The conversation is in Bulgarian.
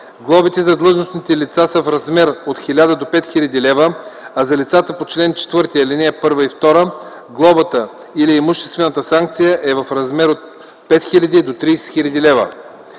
Глобите за длъжностните лица са в размер от 1000 до 5 хил. лв., а за лицата по чл. 4, ал. 1 и 2 глобата или имуществената санкция е в размер от 5000 до 30 хил. лв.